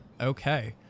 Okay